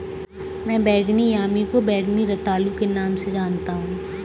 मैं बैंगनी यामी को बैंगनी रतालू के नाम से जानता हूं